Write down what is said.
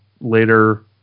later